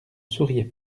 souriait